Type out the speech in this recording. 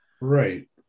Right